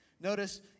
Notice